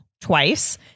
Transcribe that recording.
twice